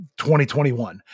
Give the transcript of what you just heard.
2021